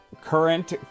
current